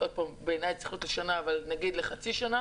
בעיניי צריך להיות לשנה, אבל נאמר לחצי שנה